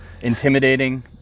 Intimidating